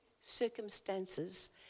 circumstances